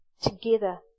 together